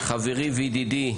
חברי וידידי,